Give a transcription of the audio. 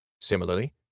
Similarly